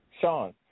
Sean